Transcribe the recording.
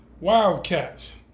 Wildcats